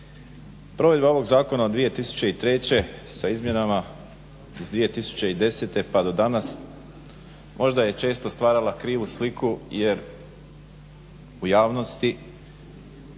Provedba ovog zakona od 2003. sa izmjenama iz 2010. pa do danas možda je često stvarala krivu sliku jer u javnosti